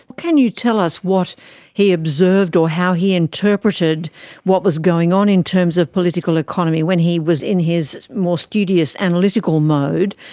can you tell us what he observed or how he interpreted what was going on in terms of political economy when he was in his more studious analytical mode?